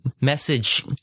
message